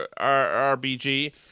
RBG